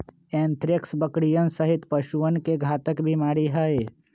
anthrax बकरियन सहित पशुअन के घातक बीमारी हई